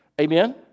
Amen